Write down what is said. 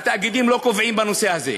התאגידים לא קובעים בנושא הזה.